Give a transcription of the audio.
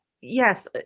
Yes